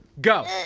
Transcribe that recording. go